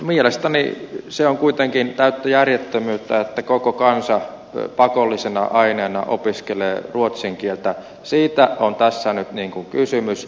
mielestäni on kuitenkin täyttä järjettömyyttä että koko kansa pakollisena aineena opiskelee ruotsin kieltä siitä on tässä kysymys